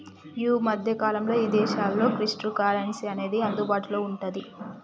యీ మద్దె కాలంలో ఇదేశాల్లో క్రిప్టోకరెన్సీ అనేది అందుబాటులో వుంటాంది